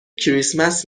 کریسمس